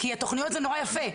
כי תוכניות זה נורא יפה,